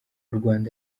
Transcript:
rwanda